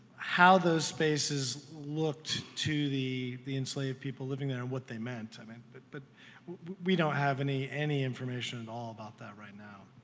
how those spaces looked to the the enslaved people living there and what they meant. i mean but but we don't have any any information at and all about that right now.